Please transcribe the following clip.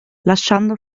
lasciando